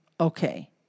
okay